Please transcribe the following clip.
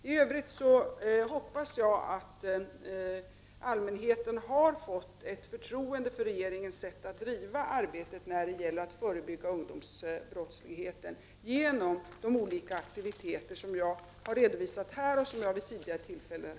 I övrigt hoppas jag att allmänheten har fått ett förtroende för regeringens sätt att driva arbetet när det gäller att förebygga ungdomsbrottsligheten genom de olika aktiviteter som jag har redovisat här i dag och vid tidigare tillfällen.